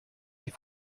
die